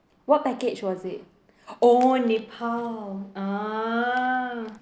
what package was it oh nepal ah